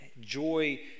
joy